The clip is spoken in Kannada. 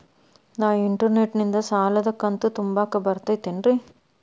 ನಾ ಇಂಟರ್ನೆಟ್ ನಿಂದ ಸಾಲದ ಕಂತು ತುಂಬಾಕ್ ಬರತೈತೇನ್ರೇ?